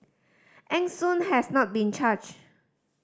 Eng Soon has not been charged